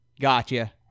Gotcha